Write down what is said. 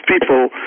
people